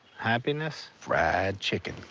happiness? fried chicken.